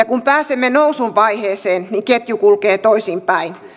kun pääsemme nousun vaiheeseen niin ketju kulkee toisinpäin